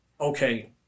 okay